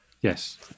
yes